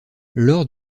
lors